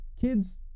Kids